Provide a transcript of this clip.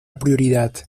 prioridad